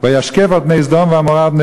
ועמורה,